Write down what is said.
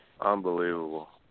Unbelievable